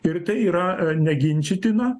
ir tai yra neginčytina